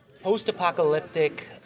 post-apocalyptic